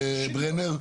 ברנר.